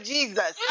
Jesus